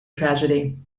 tragedy